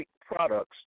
products